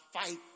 fight